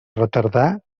retardar